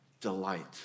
delight